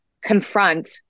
confront